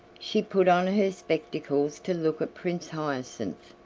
she put on her spectacles to look at prince hyacinth,